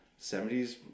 70s